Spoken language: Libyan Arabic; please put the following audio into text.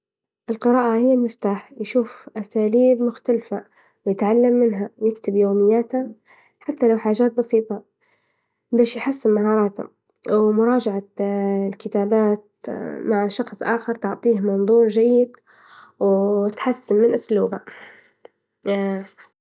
القراءة هي المفتاح ، نشوف أساليب مختلفة يتعلم منها ويكتب يومياته، حتى لو حاجات بسيطة، باش يحسن مهاراته ومراجعة الكتابات مع شخص آخر تعطيه منظور جيد وتحسن من إسلوبها.